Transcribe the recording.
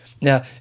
Now